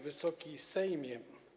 Wysoki Sejmie!